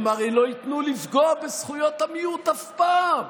הם הרי לא ייתנו לפגוע בזכויות המיעוט אף פעם.